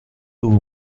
tuvo